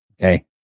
Okay